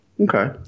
Okay